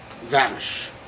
vanish